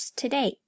today